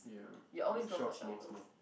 ya short small small